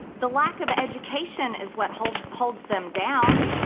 the lack of education is what holds holds them down.